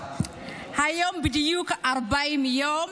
היום בדיוק 40 יום